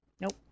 Nope